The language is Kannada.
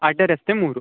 ಅಡ್ಡ ರಸ್ತೆ ಮೂರು